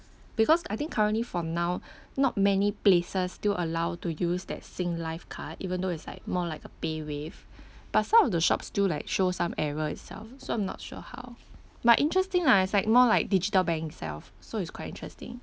because I think currently for now not many places still allow to use that singlife card even though it's like more like a paywave but some of the shops still like show some error itself so I'm not sure how but interesting lah it's like more like digital bank itself so it's quite interesting